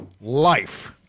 life